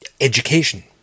education